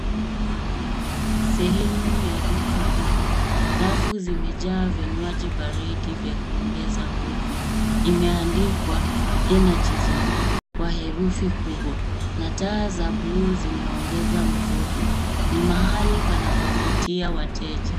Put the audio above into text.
Sehemu ya duka kubwa. Rafu zimejaa vinywaji baridi vya kuongeza nguvu. Imeandikwa energy zone kwa herufi kubwa na taa za bluu zimeongeza mvuto. Ni mahali panapovutia wateja.